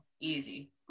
easy